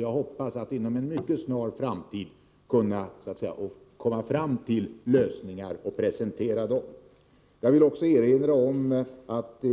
Jag hoppas att inom en mycket snar framtid kunna komma fram till lösningar och presentera dem. Jag vill också erinra om att